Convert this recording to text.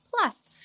plus